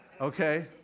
Okay